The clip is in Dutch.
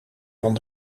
van